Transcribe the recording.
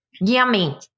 Yummy